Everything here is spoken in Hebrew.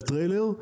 על טריילר,